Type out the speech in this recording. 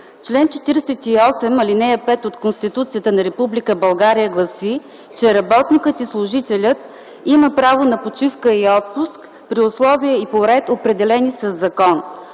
Член 48, ал. 5 от Конституцията на Република България гласи, че работникът и служителят има право на почивка и отпуск при условия и по ред, определени със закон.